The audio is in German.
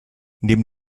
neben